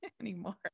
anymore